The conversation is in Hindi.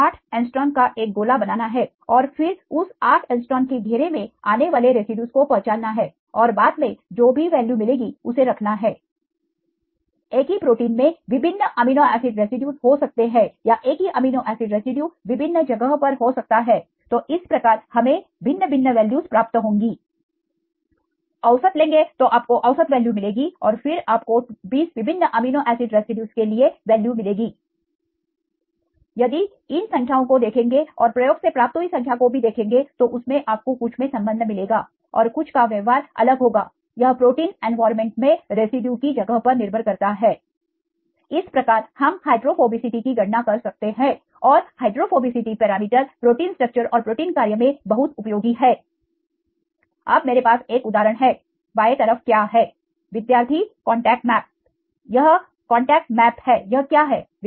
8 Å का एक गोला बनाना है और फिर उस 8 Å के घेरे में आने वाले रेसिड्यूज को पहचानना है और बाद में जो भी वैल्यू मिलेगी उसे रखना है एक ही प्रोटीन में विभिन्न अमीनो एसिड रेसिड्यूज हो सकते हैं या एक ही अमीनो एसिड रेसिड्यू विभिन्न जगहों पर हो सकता है तो इस प्रकार हमें भिन्न भिन्न वैल्यूज प्राप्त होंगी औसत लेंगे तो आपको औसत वैल्यू मिलेगी और फिर आपको 20 विभिन्न अमीनो एसिड रेसिड्यूज के लिए वैल्यू मिलेगी यदि इन संख्याओं को देखेंगे और प्रयोग से प्राप्त हुई संख्या को भी देखेंगे तो उसमें आपको कुछ में संबंध मिलेगा और कुछ का व्यवहार अलग होगा यह प्रोटीन एनवायरमेंट मे रेसिड्यूज की जगह पर निर्भर करता है इस प्रकार हम हाइड्रोफोबिसिटी की गणना कर सकते हैं और हाइड्रोफोबिसिटी पैरामीटर प्रोटीन स्ट्रक्चर और प्रोटीन कार्य में बहुत उपयोगी है अब मेरे पास एक उदाहरण है बाएँ तरफ क्या है विद्यार्थी कांटेक्ट मैप यह कांटेक्टमेप है यह क्या है